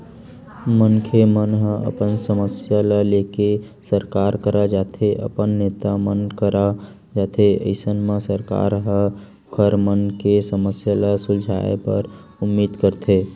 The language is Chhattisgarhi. मनखे मन ह अपन समस्या ल लेके सरकार करा जाथे अपन नेता मन करा जाथे अइसन म सरकार ह ओखर मन के समस्या ल सुलझाय बर उदीम करथे